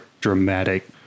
dramatic